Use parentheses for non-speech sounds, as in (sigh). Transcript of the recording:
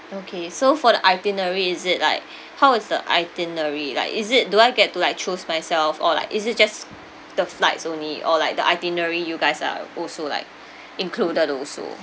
okay so for the itinerary is it like (breath) how is the itinerary like is it do I get to like choose myself or like is it just the flights only or like the itinerary you guys are also like (breath) included also